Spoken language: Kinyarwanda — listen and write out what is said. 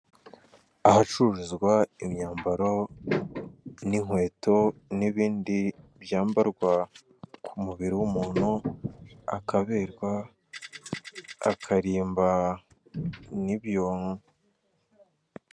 Ahacururizwa imyambaro n'inkweto, n'ibindi byambarwa ku mubiri w'umuntu akaberwa, akarimba ni byo.